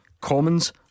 Commons